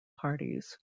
parties